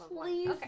Please